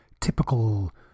typical